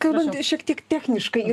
kalbant šiek tiek techniškai